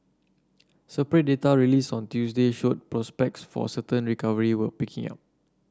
separate data released on Tuesday showed prospects for a sustained recovery were picking up